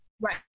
Right